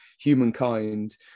humankind